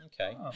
okay